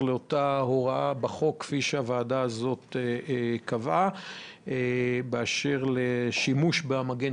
לאותה הוראה בחוק כפי שהוועדה הזאת קבעה לגבי לשימוש במגן